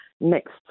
next